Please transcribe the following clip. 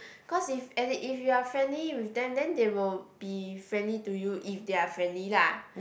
cause if and if you are friendly with them then they will be friendly to you if they're friendly lah